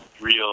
real